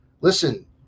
Listen